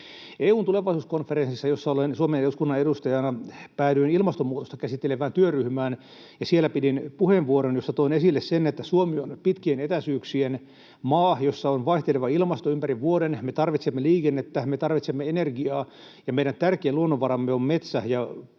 EU:n tulevaisuuskonferenssissa, jossa olen Suomen eduskunnan edustajana, päädyin ilmastonmuutosta käsittelevään työryhmään, ja siellä pidin puheenvuoron, jossa toin esille sen, että Suomi on pitkien etäisyyksien maa, jossa on vaihteleva ilmasto ympäri vuoden, me tarvitsemme liikennettä, me tarvitsemme energiaa ja meidän tärkein luonnonvaramme ja